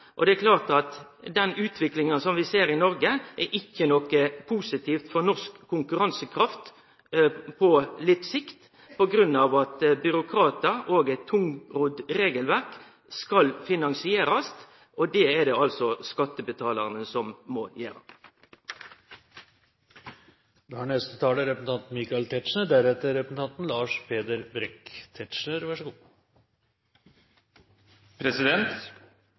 Det er klart at den utviklinga som vi ser i Noreg, ikkje er noko positivt for norsk konkurransekraft på litt sikt, på grunn av at byråkratiet og eit tungrodd regelverk skal finansierast. Det er det altså skattebetalarane som må